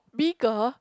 bigger